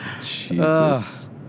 Jesus